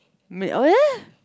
me